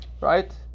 Right